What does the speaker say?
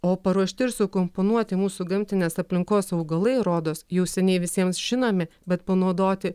o paruošti ir sukomponuoti mūsų gamtinės aplinkos augalai rodos jau seniai visiems žinomi bet panaudoti